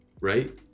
Right